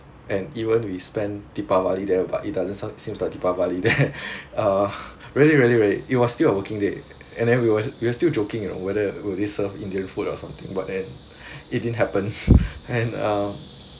and even we spend deepavali there but it doesn't so seems like deepavali there uh very very late it was still a working day and then we were we were still joking you know whether will they serve indian food or something but then it didn't happen and uh